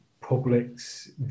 public's